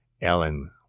ellen